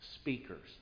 speakers